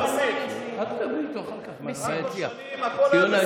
ארבע שנים הכול היה בסדר.